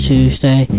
Tuesday